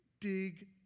dig